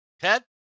Ted